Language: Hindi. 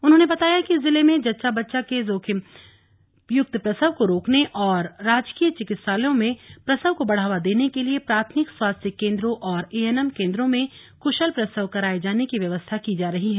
उन्होंने बताया कि जिले में जच्चा बच्चा के जोखिम युक्त प्रसव को रोकने और राजकीय चिकित्सालयों में प्रसव को बढ़ावा देने के लिए प्राथमिक स्वास्थ्य केंद्रों और एएनएम केन्द्रों में कुशल प्रसव कराये जाने की व्यवस्था की जा रही है